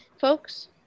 folks